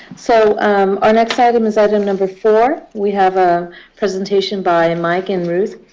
so our next item is item number four. we have a presentation by mike and ruth